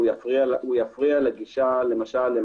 יפריע לגישה למשל,